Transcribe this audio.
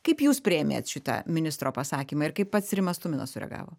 kaip jūs priėmėt šitą ministro pasakymą ir kaip pats rimas tuminas sureagavo